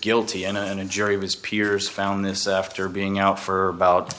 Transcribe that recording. guilty and in a jury of his peers found this after being out for about